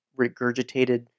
regurgitated